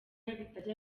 bitajya